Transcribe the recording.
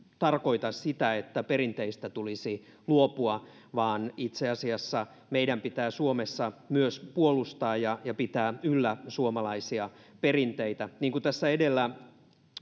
tarkoita sitä että perinteistä tulisi luopua vaan itse asiassa meidän pitää suomessa myös puolustaa ja ja pitää yllä suomalaisia perinteitä niin kuin tässä edellä